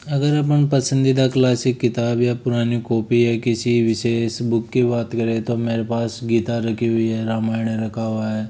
अगर अपन पसंदीदा क्लासिक किताब या पुरानी कॉपी या किसी विशेष बुक की बात करें तो मेरे पास गीता रखी हुई है रामायण रखा हुआ है